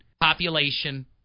population